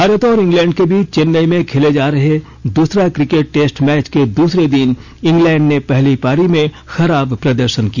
भारत और इंग्लैंड के बीच चेन्नई में खेले जा रहे द्रसरा क्रिकेट टेस्ट मैच के दूसरे दिन इंग्लैंड ने पहली पारी में खराब प्रदर्शन किया